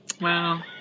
Wow